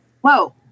whoa